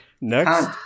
Next